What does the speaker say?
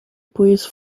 breathes